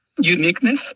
uniqueness